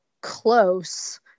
close